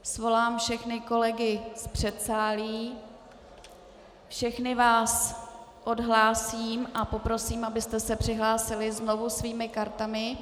Svolám všechny kolegy z předsálí, všechny vás odhlásím a poprosím, abyste se přihlásili znovu svými kartami.